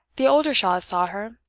the oldershaws saw her,